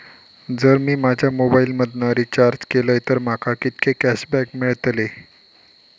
जर मी माझ्या मोबाईल मधन रिचार्ज केलय तर माका कितके कॅशबॅक मेळतले?